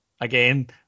again